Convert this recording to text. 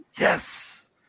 Yes